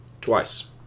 twice